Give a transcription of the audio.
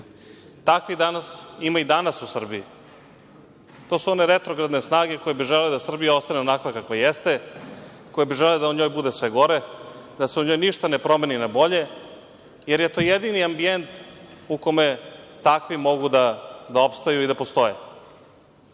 Takvih ima i danas u Srbiji. To su one retrogradne snage koje bi želele da Srbija ostane onakva kakva jeste, koji bi želeli da u njoj bude sve gore, da se u njoj ništa ne promeni na bolje, jer je to jedini ambijent u kome takvi mogu da opstaju i da postoje. Mi,